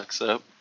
up